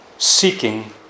seeking